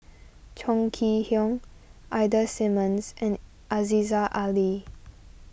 Chong Kee Hiong Ida Simmons and Aziza Ali